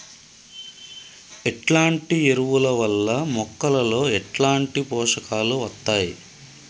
ఎట్లాంటి ఎరువుల వల్ల మొక్కలలో ఎట్లాంటి పోషకాలు వత్తయ్?